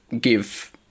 give